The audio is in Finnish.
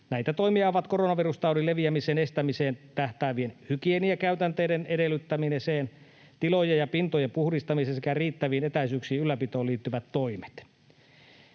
Näitä toimia ovat koronavirustaudin leviämisen estämiseen tähtäävien hygieniakäytänteiden edellyttämiseen, tilojen ja pintojen puhdistamiseen sekä riittävien etäisyyksien ylläpitoon liittyvät toimet.